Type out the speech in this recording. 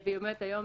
הוספנו פה עוד סעיף.